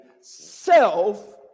self